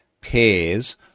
pairs